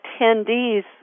attendees